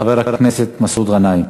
חבר הכנסת מסעוד גנאים.